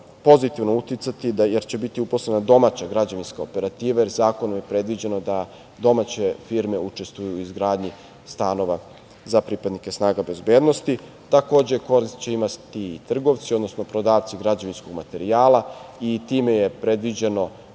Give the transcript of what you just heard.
pozitivno uticati, jer će biti uposlena domaća građevinska operativa, jer zakonom je predviđeno da domaće firme učestvuju u izgradnji stanova za pripadnike snaga bezbednosti. Korist će imati i trgovci, odnosno prodavci građevinskog materijala i time je predviđeno